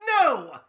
No